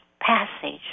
passage